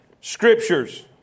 Scriptures